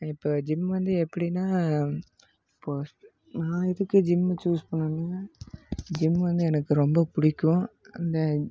இப்போ ஜிம் வந்து எப்படின்னா இப்போது நான் இருக்கற ஜிம் சூஸ் பண்ணோன்னால் ஜிம் வந்து எனக்கு ரொம்ப பிடிக்கும் அந்த